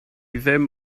dim